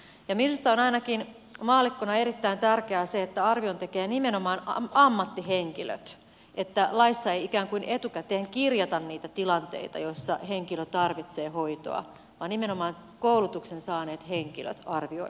ja minusta on ainakin maallikkona erittäin tärkeää se että arvion tekevät nimenomaan ammattihenkilöt että laissa ei ikään kuin etukäteen kirjata niitä tilanteita joissa henkilö tarvitsee hoitoa vaan nimenomaan koulutuksen saaneet henkilöt arvioivat tilanteen